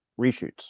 reshoots